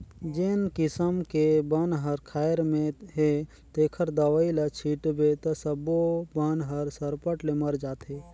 जेन किसम के बन हर खायर में हे तेखर दवई ल छिटबे त सब्बो बन हर सरपट ले मर जाथे